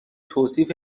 توصیف